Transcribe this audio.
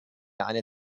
eine